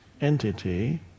entity